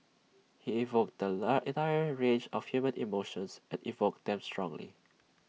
he evoked the entire range of human emotions and evoked them strongly